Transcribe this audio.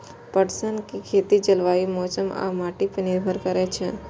पटसनक खेती जलवायु, मौसम आ माटि पर निर्भर करै छै